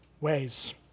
ways